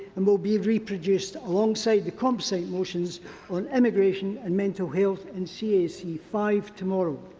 and will be reproduced alongside the composite motions on immigration and mental health and cac five tomorrow.